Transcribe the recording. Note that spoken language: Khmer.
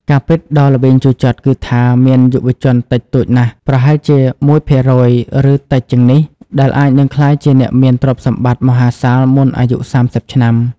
ការពិតដ៏ល្វីងជូរចត់គឺថា មានយុវជនតិចតួចណាស់ ប្រហែលជា ១% ឬតិចជាងនេះ ដែលអាចនឹងក្លាយជាអ្នកមានទ្រព្យសម្បត្តិមហាសាលមុនអាយុ ៣០ ឆ្នាំ។